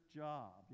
job